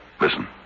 listen